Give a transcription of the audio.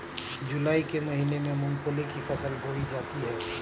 जूलाई के महीने में मूंगफली की फसल बोई जाती है